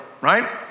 Right